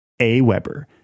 AWeber